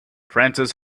frances